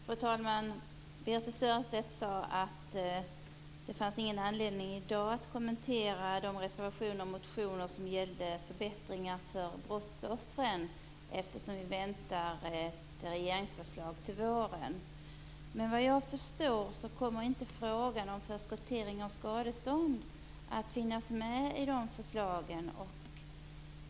Fru talman! Birthe Sörestedt sade att det inte finns någon anledning att i dag kommentera de reservationer och motioner som gäller förbättringar för brottsoffren eftersom vi väntar ett regeringsförslag till våren. Men vad jag förstår kommer inte frågan om förskottering av skadestånd att finnas med i de förslagen.